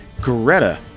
Greta